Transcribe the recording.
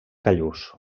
callús